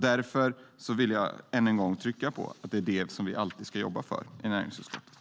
Därför vill jag än en gång trycka på att det är det som vi alltid ska jobba för i näringsutskottet.